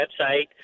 website